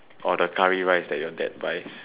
or the curry rice that your dad buys